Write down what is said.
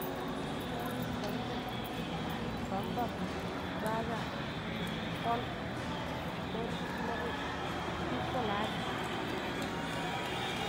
Foori Gwandum, Bambam, ɗwaja, ƙon, foori tuɓulokui shufo laɗi, laɗi.